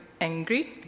angry